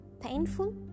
painful